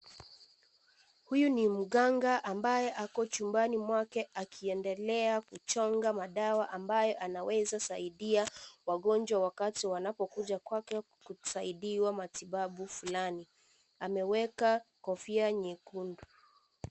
Huyu ni mkanga ambaye ako chumbani mwake akiendelea kuchonga madawa ambaye anaweza saidia wagonjwa wa kanzu wanapokuja kwake kusaidiwa matibabu fulani ,ameweka Kofia nyekundu.